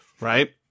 right